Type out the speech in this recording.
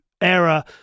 era